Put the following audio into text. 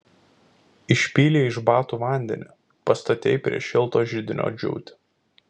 išpylei iš batų vandenį pastatei prie šilto židinio džiūti